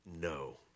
no